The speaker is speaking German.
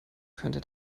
könnte